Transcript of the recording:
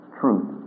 truth